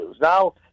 Now